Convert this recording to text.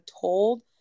told